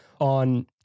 on